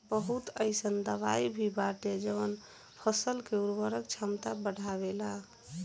बहुत अईसन दवाई भी बाटे जवन फसल के उर्वरक क्षमता बढ़ावेला